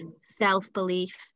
self-belief